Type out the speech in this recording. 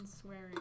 swearing